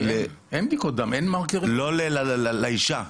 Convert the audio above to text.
כי אין סממנים --- אני יודע, לא לתינוק, לאישה.